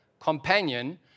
companion